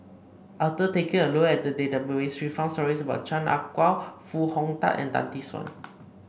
after taking a look at the database we found stories about Chan Ah Kow Foo Hong Tatt and Tan Tee Suan